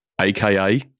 aka